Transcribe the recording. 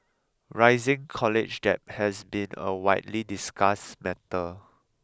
rising college debt has been a widely discussed matter